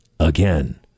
Again